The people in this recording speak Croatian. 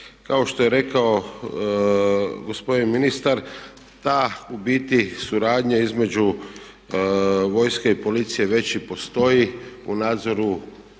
Kao što je rekao gospodin ministar ta u biti suradnja između vojske i policije već i postoji u nadzoru granice na